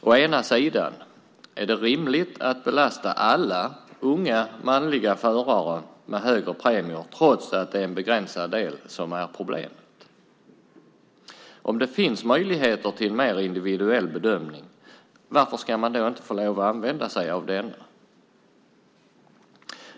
Å ena sidan: Är det rimligt att belasta alla unga manliga förare med högre premier trots att det är en begränsad del som är problemet? Om det finns möjligheter till en mer individuell bedömning, varför ska man då inte få lov att använda sig av denna?